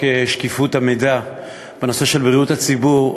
שקיפות המידע בנושא של בריאות הציבור,